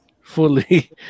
fully